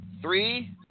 Three